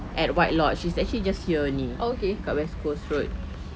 at white lodge which is actually just here only kat west coast road